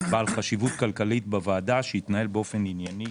בעל חשיבות כלכלית בוועדה, שיתנהל באופן ענייני,